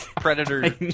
Predator